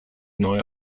neu